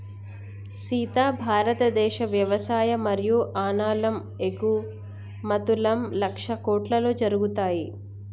సీత భారతదేశ వ్యవసాయ మరియు అనాలం ఎగుమతుం లక్షల కోట్లలో జరుగుతాయి